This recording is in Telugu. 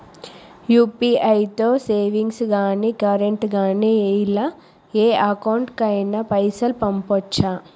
యూ.పీ.ఐ తో సేవింగ్స్ గాని కరెంట్ గాని ఇలా ఏ అకౌంట్ కైనా పైసల్ పంపొచ్చా?